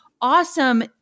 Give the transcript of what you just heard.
awesome